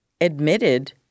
admitted